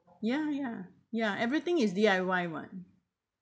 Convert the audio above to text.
ya ya ya everything is D_I_Y [what]